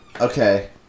okay